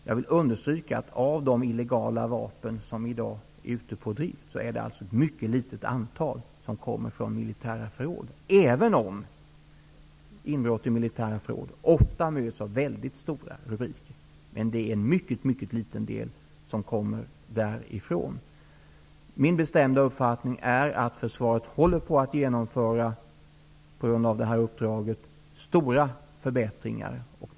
Jag vill understryka att av de illegala vapen som i dag är ute på drift är det ett mycket litet antal som kommer från militära förråd, även om inbrott i militära förråd ofta möts av mycket stora rubriker. Det är en mycket liten del som kommer från militära förråd. Min bestämda uppfattning är att försvaret håller på att genomföra stora förbättringar på grund av det här uppdraget.